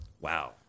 Wow